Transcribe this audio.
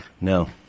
No